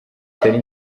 itari